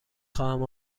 خواهم